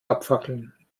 abfackeln